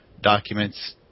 documents